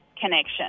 connection